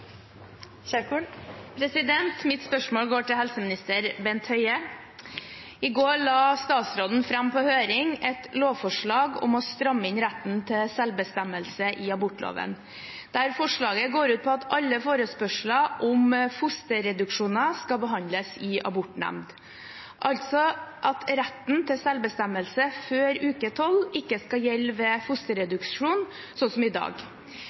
Mitt spørsmål går til helseminister Bent Høie. I går la statsråden fram på høring et lovforslag om å stramme inn retten til selvbestemmelse i abortloven. Forslaget går ut på at alle forespørsler om fosterreduksjon skal behandles i abortnemnd, altså at retten til selvbestemmelse før uke 12 ikke skal gjelde ved fosterreduksjon, som i dag.